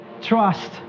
trust